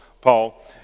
Paul